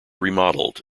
remodeled